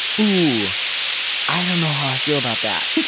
who i don't know how i feel about that